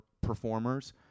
performers